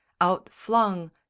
outflung